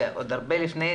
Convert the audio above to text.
ועוד הרבה לפני,